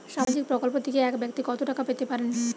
সামাজিক প্রকল্প থেকে এক ব্যাক্তি কত টাকা পেতে পারেন?